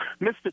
Mr